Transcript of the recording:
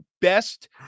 best